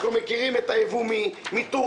אנחנו מכירים את הייבוא מטורקיה,